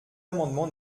amendement